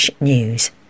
news